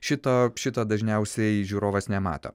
šito šito dažniausiai žiūrovas nemato